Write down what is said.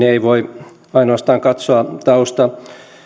ei voi ainoastaan katsoa tausta